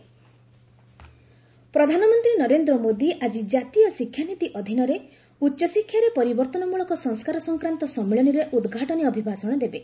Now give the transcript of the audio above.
PM address ପ୍ରଧାନମନ୍ତ୍ରୀ ନରେନ୍ଦ୍ର ମୋଦୀ ଆଜି ଜାତୀୟ ଶିକ୍ଷାନୀତି ଅଧୀନରେ ଉଚ୍ଚଶିକ୍ଷାରେ ପରିବର୍ତ୍ତନମୂଳକ ସଂସ୍କାର ସଂକ୍ରାନ୍ତ ସମ୍ମିଳନୀରେ ଉଦ୍ଘାଟନୀ ଅଭିଭାଷଣ ଦେବେ